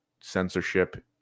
censorship